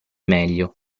meglio